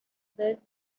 birth